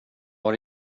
har